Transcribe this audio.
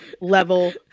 level